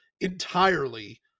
entirely